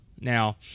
Now